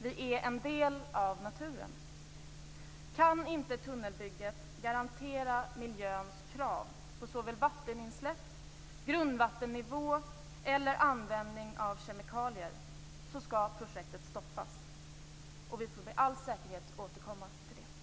Vi är en del av naturen. Kan inte tunnelbygget garantera miljöns krav vad gäller såväl vatteninsläpp och grundvattennivå som användning av kemikalier, skall projektet stoppas. Det får vi med all säkerhet återkomma till.